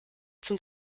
zum